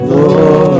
Lord